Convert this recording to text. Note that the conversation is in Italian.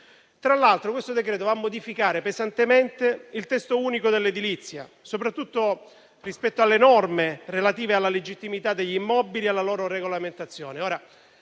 Tra l'altro, questo decreto va a modificare pesantemente il testo unico dell'edilizia, soprattutto rispetto alle norme relative alla legittimità degli immobili e alla loro regolamentazione.